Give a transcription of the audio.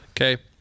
Okay